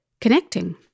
connecting